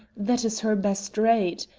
that is her best rate.